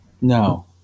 No